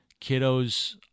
kiddos